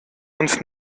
uns